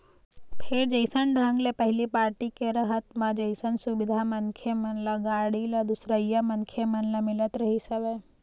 फेर जइसन ढंग ले पहिली पारटी के रहत म जइसन सुबिधा मनखे मन ल, गाड़ी ल, दूसरइया मनखे मन ल मिलत रिहिस हवय